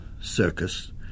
circus